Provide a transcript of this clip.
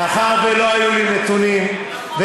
תקשיבי, מאחר שלא היו לי נתונים, נכון.